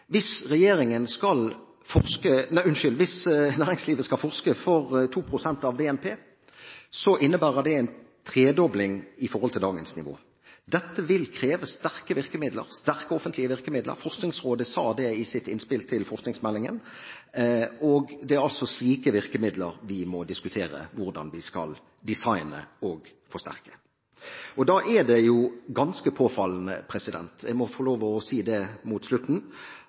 Hvis næringslivet skal forske for 2 pst. av BNP – og dette er også regjeringen enig i, for den opererer jo med dette målet, dog uten tidfesting – så innebærer det er tredobling i forhold til dagens nivå. Dette vil kreve sterke offentlige virkemidler – Forskningsrådet sa det i sitt innspill til forskningsmeldingen – og det er slike virkemidler vi må diskutere hvordan vi skal designe og forsterke. Da er det ganske påfallende – jeg må få lov til å si det